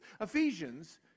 Ephesians